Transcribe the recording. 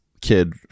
kid